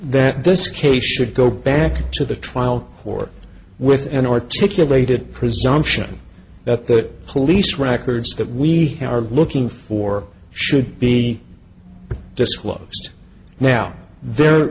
that this case should go back to the trial court with an articulated presumption that the police records that we are looking for should be disclosed now there